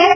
S